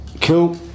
Kill